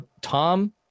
Tom